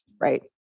right